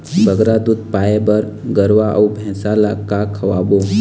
बगरा दूध पाए बर गरवा अऊ भैंसा ला का खवाबो?